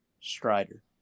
Strider